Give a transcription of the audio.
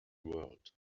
world